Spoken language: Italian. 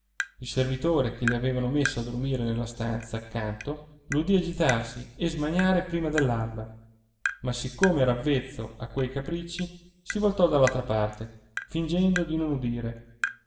il servitore che gli avevano messo a dormire nella stanza accanto l'udì agitarsi e smaniare prima dell'alba ma siccome era avvezzo a quei capricci si voltò dall'altra parte fingendo di